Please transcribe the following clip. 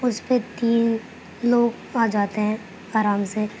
اس پہ تین لوگ آ جاتے ہیں آرام سے